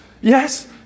yes